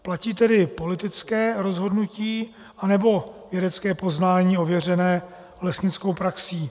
Platí tedy politické rozhodnutí, anebo vědecké poznání ověřené lesnickou praxí?